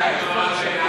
מי ידאג למעמד